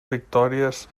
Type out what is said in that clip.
victòries